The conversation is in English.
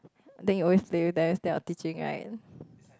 then you always play with them instead of teaching right